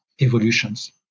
evolutions